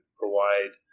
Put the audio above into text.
provide